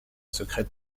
secret